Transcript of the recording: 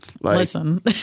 Listen